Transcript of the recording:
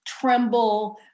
tremble